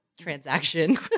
transaction